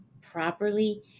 properly